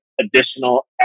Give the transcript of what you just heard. additional